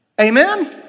Amen